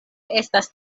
estas